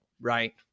right